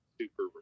super